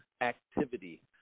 activity